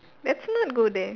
let's not go there